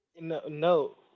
No